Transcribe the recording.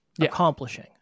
accomplishing